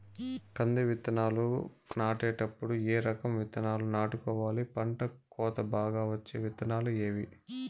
కంది విత్తనాలు నాటేటప్పుడు ఏ రకం విత్తనాలు నాటుకోవాలి, పంట కోత బాగా వచ్చే విత్తనాలు ఏవీ?